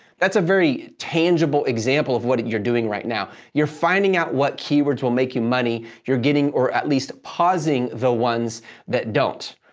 that's a very tangible example of what you're doing right now. you're finding out what keywords will make you money, you're getting, or at least pausing the ones that don't.